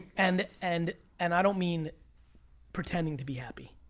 and and and i don't mean pretending to be happy,